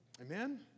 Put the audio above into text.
Amen